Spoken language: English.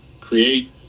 create